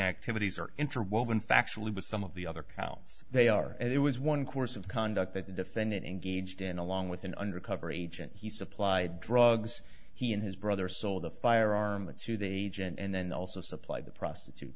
activities are interim woven factually with some of the other counts they are it was one course of conduct that the defendant engaged in along with an undercover agent he supplied drugs he and his brother sold the firearm to the agent and then also supplied the prostitute